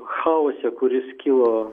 chaose kuris kilo